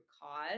cause